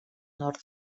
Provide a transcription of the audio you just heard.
nord